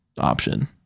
option